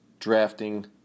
drafting